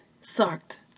sucked